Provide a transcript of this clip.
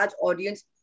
audience